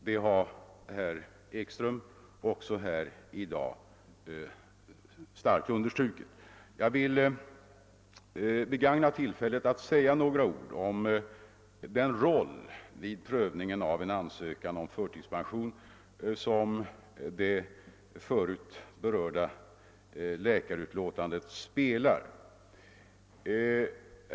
Det har herr Ekström här i dag också starkt betonat. Jag vill begagna tillfället att säga några ord om den roll vid prövningen av en ansökan om förtidspension som det förut berörda läkarutlåtandet spelar.